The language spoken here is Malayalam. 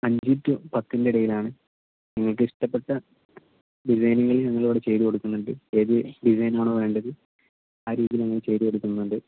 അഞ്ച് ടു പത്തിൻ്റെ ഇടയിലാണ് നിങ്ങൾക്ക് ഇഷ്ടപ്പെട്ട ഡിസൈനിൽ ഞങ്ങൾ ഇവിടെ ചെയ്തു കൊടുക്കുന്നുണ്ട് ഏത് ഡിസൈനാണോ വേണ്ടത് ആ രീതിയിൽ ഞങ്ങൾ ചെയ്തു കൊടുക്കുന്നുണ്ട്